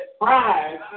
prize